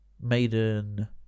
maiden